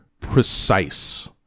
precise